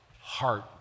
heart